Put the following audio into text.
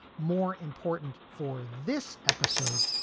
more important for this episode,